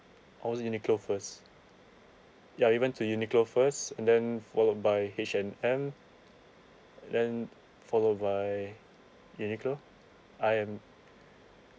I was in uniqlo first ya we went to uniqlo first and then followed by H&M then followed by uniqlo I am